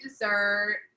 dessert